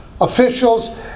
officials